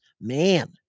man